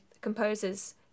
composers